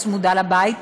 צמודה לבית,